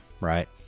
right